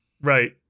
Right